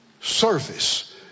service